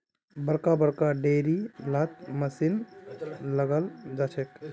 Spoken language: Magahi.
बड़का बड़का डेयरी लात मशीन लगाल जाछेक